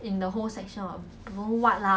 最亮的 cause